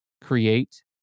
create